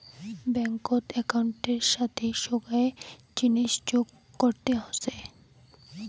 ব্যাঙ্কত একউন্টের সাথি সোগায় জিনিস যোগ করতে হসে